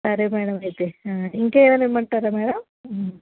సరే మేడం అయితే ఇంకా ఏమైన ఇవ్వమంటారా మేడం